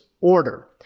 order